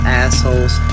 assholes